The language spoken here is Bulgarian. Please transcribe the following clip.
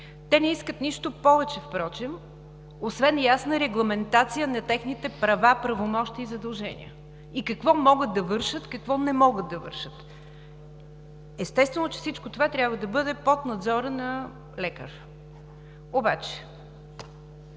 Те не искат нищо повече впрочем, освен ясна регламентация на техните права, правомощия и задължения и какво могат да вършат, какво не могат да вършат. Естествено, че всичко това трябва да бъде под надзора на лекар. Обаче